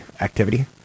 activity